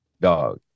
Dog